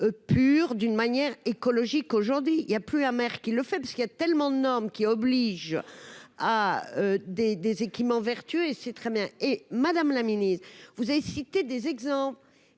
pure, d'une manière écologique, aujourd'hui il y a plus amer qu'il le fait parce qu'il y a tellement de normes qui oblige à des des équipements vertueux et c'est très bien et Madame la Ministre, vous avez cité des exemples